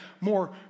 more